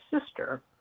sister